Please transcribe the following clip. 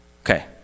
okay